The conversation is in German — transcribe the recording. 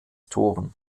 toren